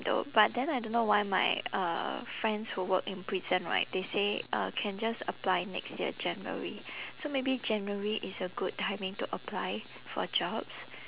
though but then I don't know why my uh friends who work in prison right they say uh can just apply next year january so maybe january is a good timing to apply for jobs